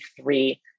three